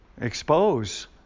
Expose